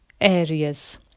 areas